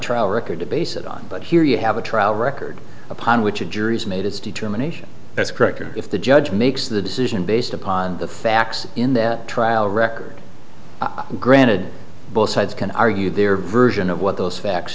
trial record to base it on but here you have a trial record upon which a jury has made its determination that's correct and if the judge makes the decision based upon the facts in that trial record granted both sides can argue their version of what those facts